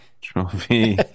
Trophy